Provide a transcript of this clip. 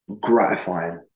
gratifying